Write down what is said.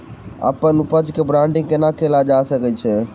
अप्पन उपज केँ ब्रांडिंग केना कैल जा सकैत अछि?